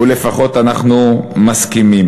ולפחות אנחנו מסכימים.